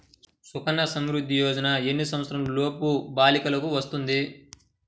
సుకన్య సంవృధ్ది యోజన ఎన్ని సంవత్సరంలోపు బాలికలకు వస్తుంది?